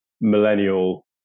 millennial